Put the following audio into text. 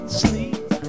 sleep